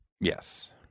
Yes